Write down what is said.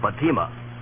Fatima